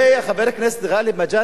חבר הכנסת גאלב מג'אדלה,